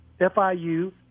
FIU